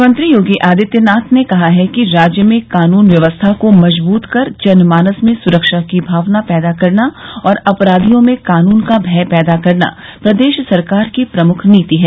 मुख्यमंत्री योगी आदित्यनाथ ने कहा कि राज्य में कानून व्यवस्था को मजबूत कर जन मानस में सुरक्षा की भावना पैदा करना और अपराधियों में कानून का भय पैदा करना प्रदेश सरकार की प्रमुख नीति है